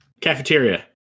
cafeteria